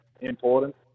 important